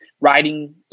riding